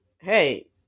hey